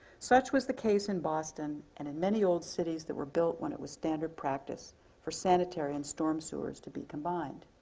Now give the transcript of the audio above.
such was the case in boston and in many old cities that were built when it was standard practice for sanitary and storm sewers to be combined.